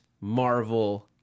Marvel